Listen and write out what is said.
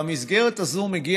שהיה בהחלט יום מופלא.